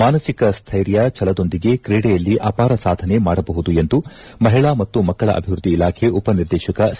ಮಾನಸಿಕ ಸ್ಟೈರ್ಯ ಛಲದೊಂದಿಗೆ ಕ್ರೀಡೆಯಲ್ಲಿ ಅಪಾರ ಸಾಧನೆ ಮಾಡಬಹುದು ಎಂದು ಮಹಿಳಾ ಮತ್ತು ಮಕ್ಕಳ ಅಭಿವೃದ್ದಿ ಇಲಾಖೆ ಉಪನಿರ್ದೇಶಕ ಸಿ